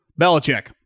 Belichick